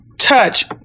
touch